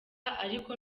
ariko